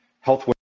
Health